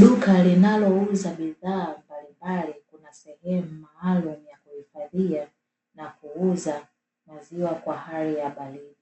Duka linalouza bidhaa mbalimbali, kuna sehemu maalumu ya kuhifadhia na kuuza maziwa kwa hali ya baridi,